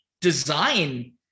design